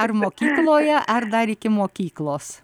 ar mokykloje ar dar iki mokyklos